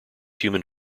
human